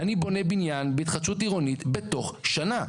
אני בונה בניין בהתחדשות עירונית בתוך שנה.